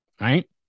Right